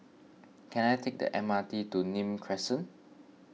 can I take the M R T to Nim Crescent